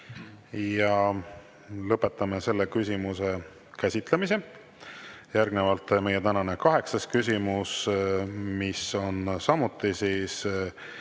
Lõpetame selle küsimuse käsitlemise. Järgnevalt meie tänane kaheksas küsimus, mis on samuti